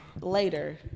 later